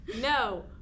No